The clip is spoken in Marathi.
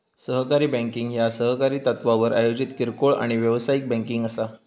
सहकारी बँकिंग ह्या सहकारी तत्त्वावर आयोजित किरकोळ आणि व्यावसायिक बँकिंग असा